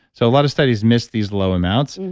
so a lot of studies miss these low amounts.